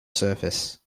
surface